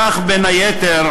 כך, בין היתר,